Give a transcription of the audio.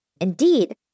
Indeed